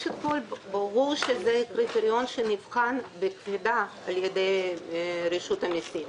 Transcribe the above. ברור שזה קריטריון שנבחן בקפידה על ידי רשות המסים.